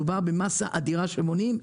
מדובר במסה אדירה של מונים,